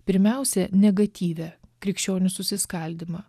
pirmiausia negatyvią krikščionių susiskaldymą